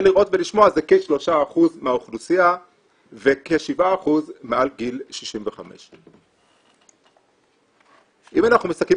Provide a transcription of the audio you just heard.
ולראות ולשמוע זה כ-3% מהאוכלוסייה וכ-7% מעל גיל 65. אם אנחנו מסתכלים